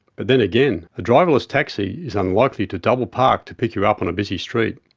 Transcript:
but then again, a driverless taxi is unlikely to double park to pick you up on a busy street,